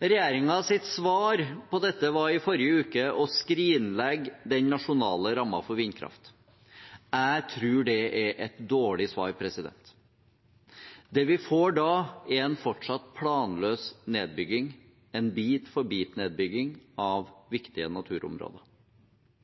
Regjeringen sitt svar på dette var i forrige uke å skrinlegge den nasjonale rammen for vindkraft. Jeg tror det er et dårlig svar. Det vi får da, er en fortsatt planløs nedbygging, en bit-for-bit-nedbygging av viktige naturområder. Om lag halvparten av